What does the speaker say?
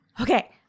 Okay